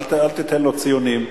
אל תיתן לו ציונים.